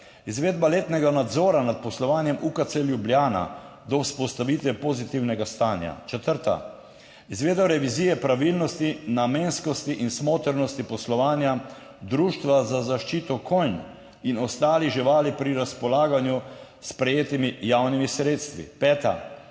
izvedba letnega nadzora nad poslovanjem UKC Ljubljana do vzpostavitve pozitivnega stanja. Četrta, izvedba revizije pravilnosti, namenskosti in smotrnosti poslovanja društva za zaščito konj in ostalih živali pri razpolaganju s prejetimi javnimi sredstvi. Peta,